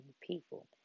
people